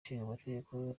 ishingamategeko